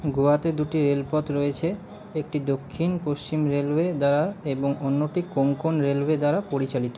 গোয়াতে দুটি রেলপথ রয়েছে একটি দক্ষিণ পশ্চিম রেলওয়ে দ্বারা এবং অন্যটি কোঙ্কন রেলওয়ে দ্বারা পরিচালিত